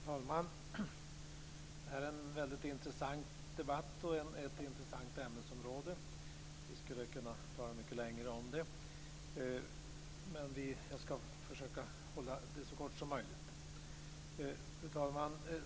Fru talman! Detta är en väldigt intressant debatt och ett intressant ämnesområde. Vi skulle kunna tala mycket längre om det, men jag ska försöka hålla det så kort som möjligt. Fru talman!